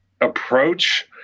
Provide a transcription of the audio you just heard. approach